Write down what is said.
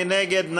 מי נגד?